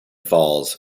falls